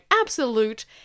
absolute